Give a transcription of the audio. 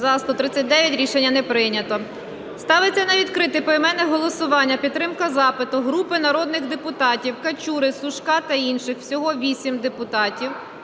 За-139 Рішення не прийнято. Ставиться на відкрите поіменне голосування підтримка запиту групи народних депутатів (Качури, Сушка та інших. Всього 8 депутатів)